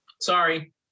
Sorry